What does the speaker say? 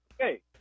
Okay